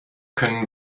können